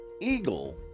Eagle